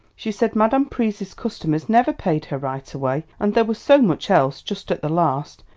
she said madame pryse's customers never paid her right away, and there was so much else just at the last,